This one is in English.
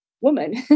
woman